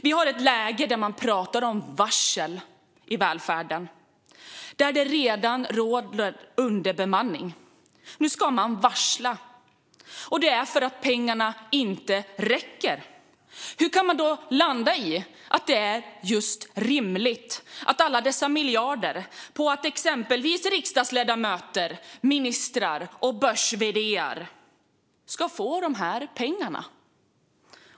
Vi har ett läge där man pratar om varsel i välfärden, där det redan råder underbemanning. Nu ska man varsla, och det är för att pengarna inte räcker. Hur kan man då landa i att det är rimligt att lägga alla dessa miljarder på att exempelvis riksdagsledamöter, ministrar och börs-vd:ar ska få de här pengarna?